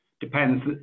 depends